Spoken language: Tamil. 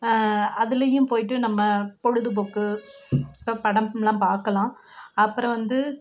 அதுலேயும் போயிகிட்டு நம்ம பொழுதுபோக்கு படம்லாம் பார்க்கலாம் அப்புறம் வந்து